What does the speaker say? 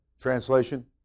Translation